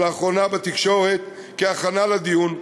ולאחרונה בתקשורת כהכנה לדיון,